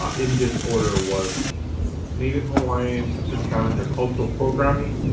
ah in this order, was native hawaiian, pacific islanders cultural programming,